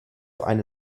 eine